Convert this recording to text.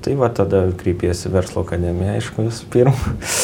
tai va tada kreipiesi į verslo akademiją aišku visų pirma